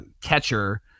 catcher